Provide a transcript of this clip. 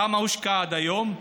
כמה הושקע עד היום?